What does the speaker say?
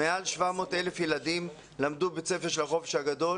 מעל 700,000 ילדים למדו בבית ספר של החופש הגדול.